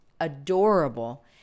adorable